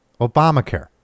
Obamacare